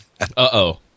Uh-oh